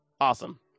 awesome